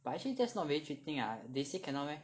but actually that's not really cheating lah they say cannot meh